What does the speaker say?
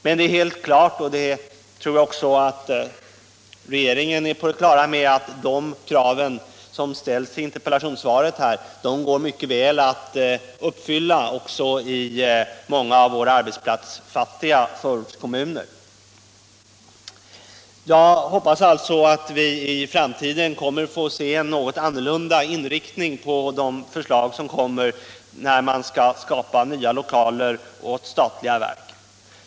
Men det är helt klart — och det tror jag också att regeringen är på det klara med — att de krav som ställs enligt interpellationssvaret mycket väl går att uppfylla i många av våra arbetsplatsfattiga förortskommuner. Jag hoppas alltså att vi i framtiden kommer att få se förslag med en något annan inriktning än hittills när man skall skapa nya lokaler åt statliga verk.